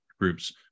groups